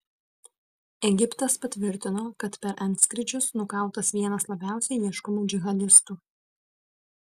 egiptas patvirtino kad per antskrydžius nukautas vienas labiausiai ieškomų džihadistų